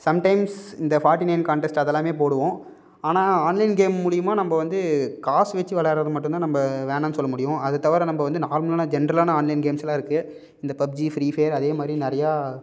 sometimes இந்த forty nine contest அதெல்லாம் போடுவோம் ஆனால் ஆன்லைன் கேம் மூலிமா நம்ம வந்து காசு வச்சி விளையாட்டுறது மட்டும் தான் நம்ம வேணாம்னு சொல்ல முடியும் அதை தவிர நம்ம வந்து நார்மலான ஜென்ட்ரலான ஆன்லைன் கேம்ஸ்லாம் இருக்குது இந்த பப்ஜி ஃப்ரீஃபயர் அதேமாதிரி நிறையா